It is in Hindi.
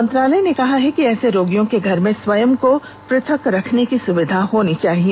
मंत्रालय ने कहा है कि ऐसे रोगियों के घर में स्वयं को पृथ्वक रखने की सुविधा होनी चाहिए